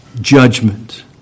judgment